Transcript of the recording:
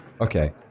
Okay